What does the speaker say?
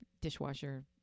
dishwasher